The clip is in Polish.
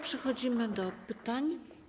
Przechodzimy do pytań.